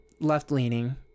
left-leaning